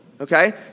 okay